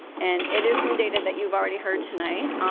and it is some data that you've already heard tonight,